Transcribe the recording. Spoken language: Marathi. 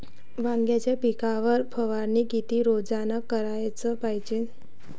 वांग्याच्या पिकावर फवारनी किती रोजानं कराच पायजे?